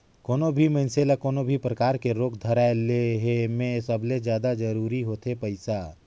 कोनो भी मइनसे ल कोनो भी परकार के रोग के धराए ले हे में सबले जादा जरूरी होथे पइसा